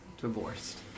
divorced